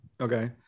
okay